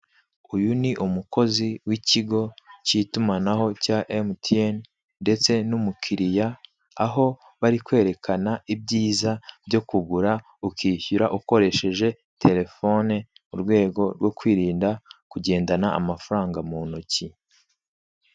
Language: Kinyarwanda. Uyu ni umukozi w'ikigo k'itumanaho cya emutiyeni, ndetse n'umukiriya aho bari kwerekana ibyiza byo kugura ukishyura ukoresheje telefone, mu rwego rwo kwirinda kugendana amafaranga mu ntoki.